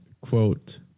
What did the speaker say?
quote